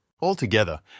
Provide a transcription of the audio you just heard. Altogether